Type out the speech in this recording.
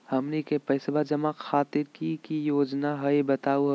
हमनी के पैसवा जमा खातीर की की योजना हई बतहु हो?